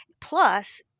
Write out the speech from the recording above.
Plus